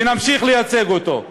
ונמשיך לייצג אותו.